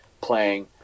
playing